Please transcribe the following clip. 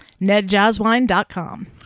nedjazzwine.com